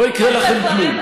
לא יקרה לכם כלום.